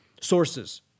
sources